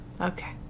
Okay